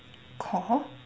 core